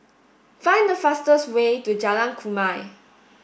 find the fastest way to Jalan Kumia